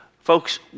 folks